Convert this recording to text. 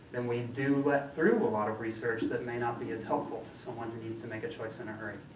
then we do let through a lot of research that may not be as helpful to someone who needs to make a choice in a hurry.